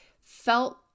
felt